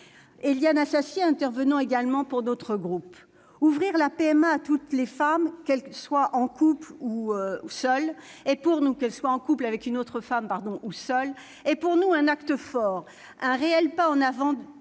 Éliane Assassi intervenant également pour notre groupe. Ouvrir la PMA à toutes les femmes, qu'elles soient en couple avec une autre femme ou seules, est pour nous un acte fort, un réel pas en faveur